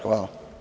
Hvala.